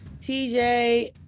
TJ